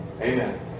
amen